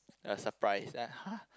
uh surprise like !huh!